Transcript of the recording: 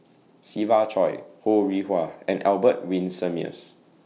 Siva Choy Ho Rih Hwa and Albert Winsemius